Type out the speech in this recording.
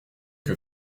que